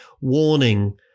warning